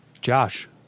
Josh